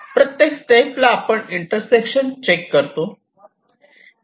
प्रत्येक स्टेप ला आपण इंटरसेक्शन चेक करतो